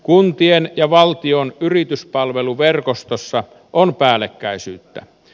kuntien ja valtion yrityspalveluverkostossa on päällekkäisyyttä